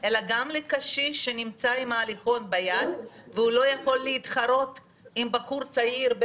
היא אמרה שהיא רוצה על ידי קול קורא ולא על ידי הוראת שעה או